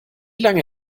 lange